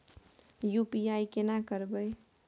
UPI केना करबे?